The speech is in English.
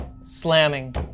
slamming